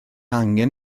angen